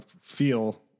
feel